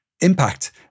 impact